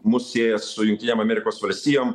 mus sieja su jungtinėm amerikos valstijom